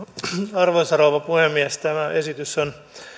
arvoisa rouva puhemies tämä esitys on